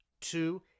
Two